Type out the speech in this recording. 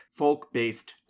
folk-based